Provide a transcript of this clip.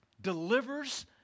delivers